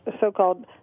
so-called